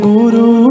Guru